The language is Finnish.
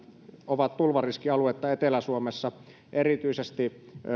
ovat tulvariskialuetta etelä suomessa erityisesti